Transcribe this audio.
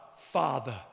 Father